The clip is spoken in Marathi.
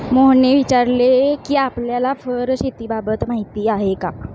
मोहनने विचारले कि आपल्याला फर शेतीबाबत माहीती आहे का?